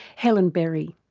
helen berry.